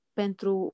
pentru